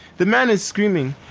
the man is screaming,